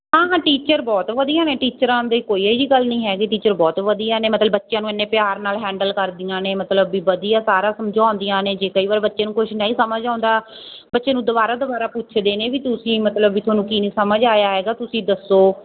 ਹਾਂ ਹਾਂ ਟੀਚਰ ਬਹੁਤ ਵਧੀਆ ਨੇ ਟੀਚਰਾਂ ਦੇ ਕੋਈ ਇਹੋ ਜਿਹੀ ਗੱਲ ਨਹੀਂ ਹੈਗੀ ਟੀਚਰ ਬਹੁਤ ਵਧੀਆ ਨੇ ਮਤਲਬ ਬੱਚਿਆਂ ਨੂੰ ਇੰਨੇ ਪਿਆਰ ਨਾਲ ਹੈਂਡਲ ਕਰਦੀਆਂ ਨੇ ਮਤਲਬ ਵੀ ਵਧੀਆ ਸਾਰਾ ਸਮਝਾਉਂਦੀਆਂ ਨੇ ਜੇ ਕਈ ਵਾਰ ਬੱਚੇ ਨੂੰ ਕੁਛ ਨਹੀਂ ਸਮਝ ਆਉਂਦਾ ਬੱਚੇ ਨੂੰ ਦੁਬਾਰਾ ਦੁਬਾਰਾ ਪੁੱਛਦੇ ਨੇ ਵੀ ਤੁਸੀਂ ਮਤਲਬ ਵੀ ਤੁਹਾਨੂੰ ਕੀ ਨਹੀਂ ਸਮਝ ਆਇਆ ਹੈਗਾ ਤੁਸੀਂ ਦੱਸੋ